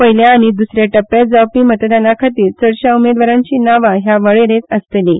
पयल्या आनी द्रसऱ्या टप्प्यांत जावपी मतदाना खातीर चडश्या उमेदवारांची नावां हे वळेरेंत आसतलीं